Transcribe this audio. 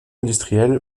industriel